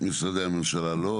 משרדי הממשלה לא.